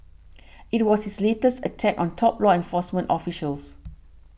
it was his latest attack on top law enforcement officials